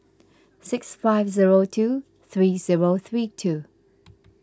six five zero two three zero three two